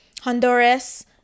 honduras